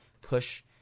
push